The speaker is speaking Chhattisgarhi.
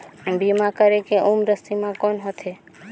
बीमा करे के उम्र सीमा कौन होथे?